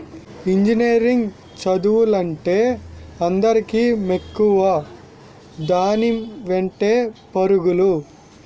engineering చదువులంటే అందరికీ మక్కువ దాని వెంటే పరుగులు